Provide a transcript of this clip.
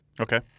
Okay